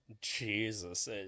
Jesus